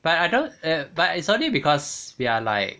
but I don't err but it's only because we are like